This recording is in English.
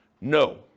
No